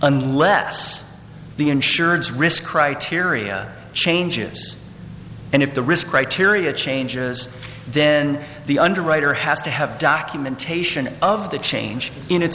unless the insurance risk criteria changes and if the risk criteria changes then the underwriter has to have documentation of the change in